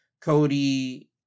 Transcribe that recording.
Cody